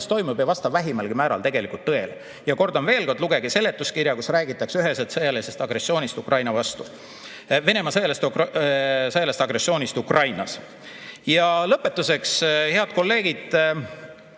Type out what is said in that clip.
toimub, ei vasta vähimalgi määral tõele. Kordan veel kord: lugege seletuskirja, kus räägitakse üheselt sõjalisest agressioonist Ukraina vastu, Venemaa sõjalisest agressioonist Ukrainas. Ja lõpetuseks, head kolleegid,